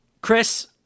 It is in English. Chris